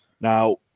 Now